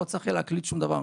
לא יהיה צריך להקליד שום דבר.